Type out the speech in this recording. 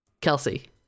kelsey